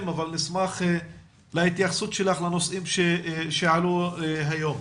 אבל נשמח להתייחסותך אלה לנושאים שעלו היום.